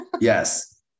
Yes